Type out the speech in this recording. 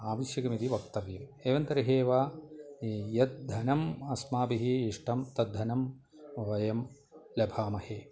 आवश्यकमिति वक्तव्यम् एवं तर्हि वा यद्धनम् अस्माभिः इष्टं तद्धनं वयं लभामहे